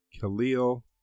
Khalil